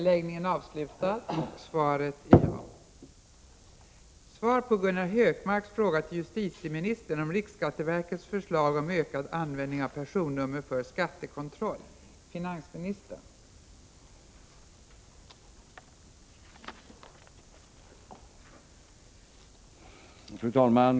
Fru talman!